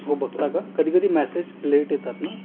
हो बघता का कधी कधी मॅसेज लेट येतात ना